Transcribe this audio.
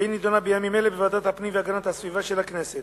והיא נדונה בימים אלה בוועדת הפנים והגנת הסביבה של הכנסת.